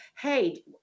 hey